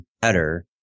better